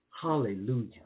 Hallelujah